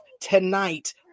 tonight